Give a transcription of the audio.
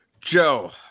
Joe